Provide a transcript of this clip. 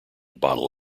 bottle